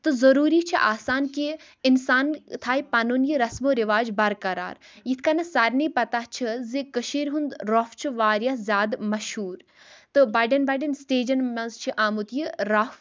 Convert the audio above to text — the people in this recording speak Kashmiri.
تہٕ ضروٗری چھُ آسان کہِ اِنسان تھایہِ پَنُن یہِ رَسمو رِواج برقرار یِتھٕ کٔنَٮ۪تھ سارِنٕے پَتاہ چھِ زِ کٔشیٖرِ ہُنٛد روٚف چھُ واریاہ زیادٕ مشہوٗر تہٕ بَڈٮ۪ن بَڈٮ۪ن سِٹیجَن منٛز چھِ آمُت یہِ روٚف